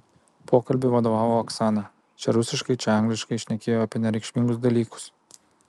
pokalbiui vadovavo oksana čia rusiškai čia angliškai šnekėjo apie nereikšmingus dalykus